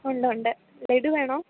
ഉണ്ട് ഉണ്ട് ലഡു വേണോ